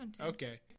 Okay